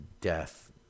death